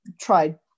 tried